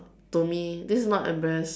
for me this is not embarrass